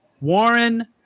Warren